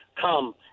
come